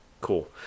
Cool